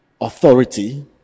authority